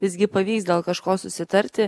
visgi pavyks dėl kažko susitarti